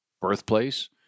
birthplace